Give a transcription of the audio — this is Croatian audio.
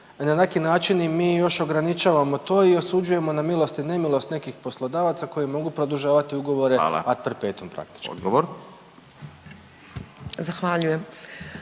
na neki način im mi još ograničavamo to i osuđujemo na milost i nemilost nekih poslodavaca koji mogu produžavati ugovore ad perpetuum praktički. **Radin, Furio